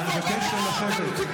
אני מבקש לשבת.